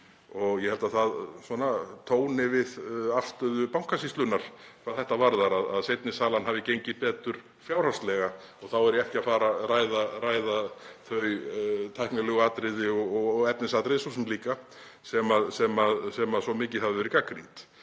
Ég held að það tóni við afstöðu Bankasýslunnar hvað það varðar að seinni salan hafi gengið betur fjárhagslega og þá er ég ekki að fara að ræða þau tæknilegu atriði, og efnisatriði svo sem líka, sem svo mikið hafa verið gagnrýnd.